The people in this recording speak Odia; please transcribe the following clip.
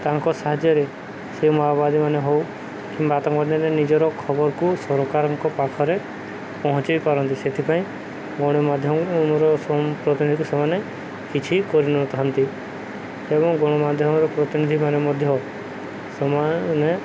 ତାଙ୍କ ସାହାଯ୍ୟରେ ସେ ମାଓବାଦୀମାନେ ହେଉ କିମ୍ବା ଆତଙ୍କବାଦୀମାନେ ନିଜର ଖବରକୁ ସରକାରଙ୍କ ପାଖରେ ପହଞ୍ଚେଇ ପାରନ୍ତି ସେଥିପାଇଁ ଗଣମାଧ୍ୟମର ପ୍ରତିନିଧି ସେମାନେ କିଛି କରିନଥାନ୍ତି ଏବଂ ଗଣମାଧ୍ୟମର ପ୍ରତିନିଧିମାନେ ମଧ୍ୟ ସେମାନେ